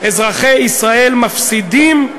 אזרחי ישראל מפסידים.